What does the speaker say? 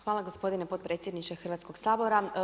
Hvala gospodine potpredsjedniče Hrvatskog sabora.